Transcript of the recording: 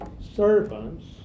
servants